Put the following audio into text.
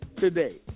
today